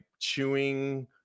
chewing